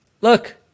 Look